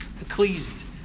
Ecclesiastes